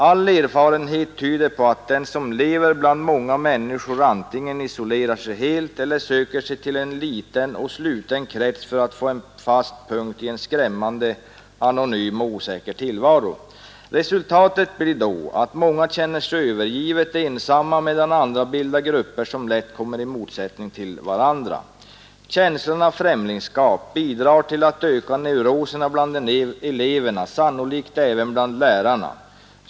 All erfarenhet tyder på att den som lever bland många människor antingen isolerar sig helt eller söker sig till en liten och sluten krets för att få en fast punkt i en skrämmande anonym och osäker tillvaro. Resultatet blir då, att många känner sig övergivet ensamma, medan andra bildar grupper, som lätt kommer i motsättning till varandra. Känslan av främlingskap bidrar till att öka neuroserna bland eleverna, sannolikt även bland lärarna.